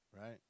Right